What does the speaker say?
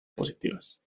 positivas